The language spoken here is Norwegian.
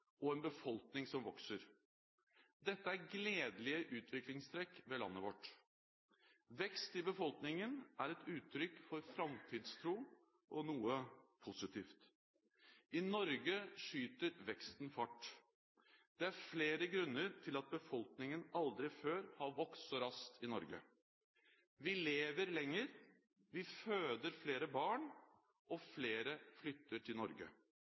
og en befolkning som vokser. Dette er gledelige utviklingstrekk ved landet vårt. Vekst i befolkningen er et uttrykk for framtidstro og noe positivt. I Norge skyter veksten fart. Det er flere grunner til at befolkningen aldri før har vokst så raskt i Norge. Vi lever lenger. Vi føder flere barn, og flere flytter til Norge.